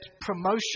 promotion